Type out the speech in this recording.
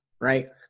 right